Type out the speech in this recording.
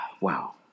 Wow